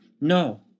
No